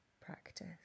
practice